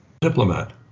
diplomat